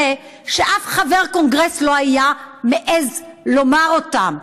שאף חבר קונגרס לא היה מעז לומר אותם.